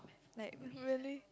like really